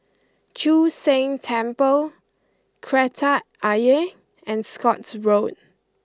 Chu Sheng Temple Kreta Ayer and Scotts Road